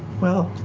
well,